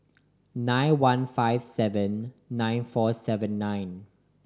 nine one five seven nine four seven nine